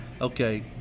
Okay